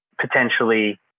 potentially